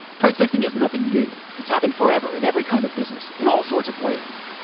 price fixing is nothing new. it's happened forever in every kind of business, in all sorts of ways.